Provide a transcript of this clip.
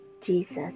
Jesus